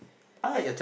as